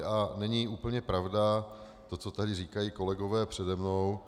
A není úplně pravda to, co tady říkají kolegové přede mnou.